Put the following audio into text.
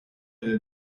del